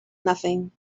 nothing